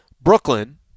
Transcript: Brooklyn